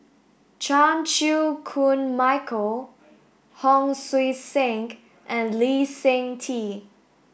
Chan Chew Koon Michael Hon Sui Sen and Lee Seng Tee